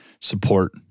support